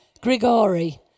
Grigori